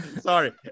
Sorry